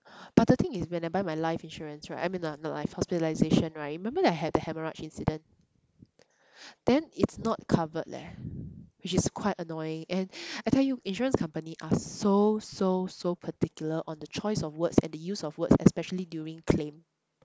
but the thing is when I buy my life insurance right I mean ah not life hospitalisation right remember that I had the hemorrhage incident then it's not covered leh which is quite annoying and I tell you insurance company are so so so particular on the choice of words and the use of words especially during claim